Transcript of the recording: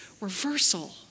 reversal